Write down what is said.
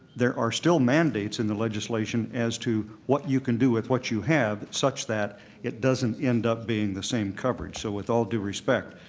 there are still mandates in the legislation as to what you can do with what you have such that it doesn't end up being the same coverage. so with all due respect,